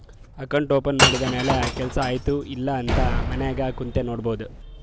account open ಮಾಡಿದ ಮ್ಯಾಲ ಕೆಲ್ಸಾ ಆಯ್ತ ಇಲ್ಲ ಅಂತ ಮನ್ಯಾಗ್ ಕುಂತೆ ನೋಡ್ಬೋದ್